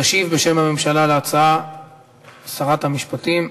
תשיב בשם הממשלה על ההצעה שרת המשפטים.